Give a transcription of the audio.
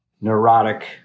neurotic